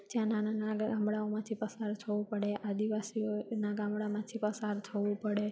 ત્યાં નાના નાના ગામડાઓમાંથી પસાર થવું પડે આદિવાસીઓના આદિવાસીઓના ગામડાઓમાંથી પસાર થવું પડે